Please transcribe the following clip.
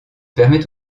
permet